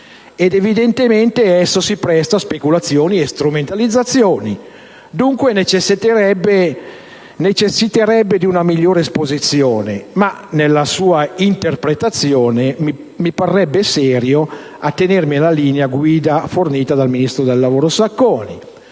evidentemente esso si presta a speculazioni e a strumentalizzazioni, ragion per cui necessiterebbe di una migliore esposizione. Eppure, nella sua interpretazione mi parrebbe serio attenermi alla linea guida fornita dal ministro del lavoro Sacconi,